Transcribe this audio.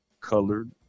colored